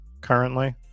currently